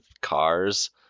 cars